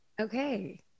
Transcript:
Okay